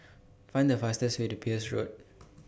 Find The fastest Way to Peirce Road